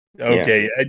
Okay